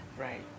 Right